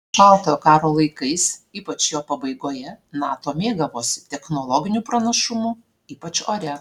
šaltojo karo laikais ypač jo pabaigoje nato mėgavosi technologiniu pranašumu ypač ore